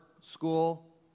school